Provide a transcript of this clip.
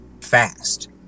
fast